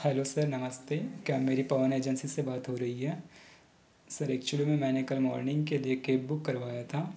hello sir नमस्ते क्या मेरी पवन एजेंसी से बात हो रही है सर एक्चुअली में मैने कल मॉर्निंग के लिए एक केब बुक करवाया था